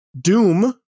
Doom